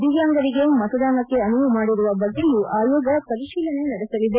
ದಿವ್ಯಾಂಗರಿಗೆ ಮತದಾನಕ್ಕೆ ಅನುವು ಮಾಡಿರುವ ಬಗ್ಗೆಯೂ ಆಯೋಗ ಪರಿಶೀಲನೆ ನಡೆಸಲಿದೆ